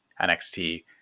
NXT